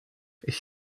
ich